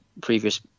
previous